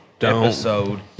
episode